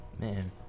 Man